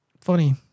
Funny